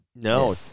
No